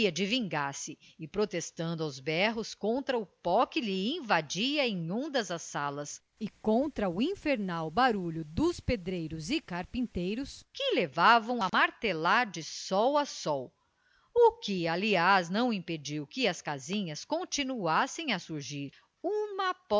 vingar-se e protestando aos berros contra o pó que lhe invadia em ondas as salas e contra o infernal baralho dos pedreiros e carpinteiros que levavam a martelar de sol a sol o que aliás não impediu que as casinhas continuassem a surgir